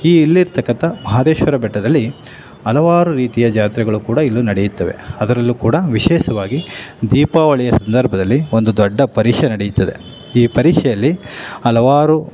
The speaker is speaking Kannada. ಈ ಇಲ್ಲಿ ಇರತಕ್ಕಂಥ ಮಹದೇಶ್ವರ ಬೆಟ್ಟದಲ್ಲಿ ಹಲವಾರು ರೀತಿಯ ಜಾತ್ರೆಗಳು ಕೂಡ ಇಲ್ಲೂ ನಡೆಯುತ್ತವೆ ಅದರಲ್ಲೂ ಕೂಡ ವಿಶೇಷವಾಗಿ ದೀಪಾವಳಿಯ ಸಂದರ್ಭದಲ್ಲಿ ಒಂದು ದೊಡ್ಡ ಪರೀಕ್ಷೆ ನಡೆಯುತ್ತದೆ ಈ ಪರೀಕ್ಷೆಯಲ್ಲಿ ಹಲವಾರು